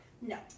No